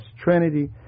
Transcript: Trinity